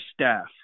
staff